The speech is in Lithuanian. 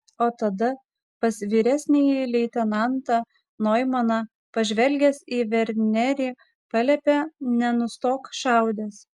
o tada pas vyresnįjį leitenantą noimaną pažvelgęs į vernerį paliepė nenustok šaudęs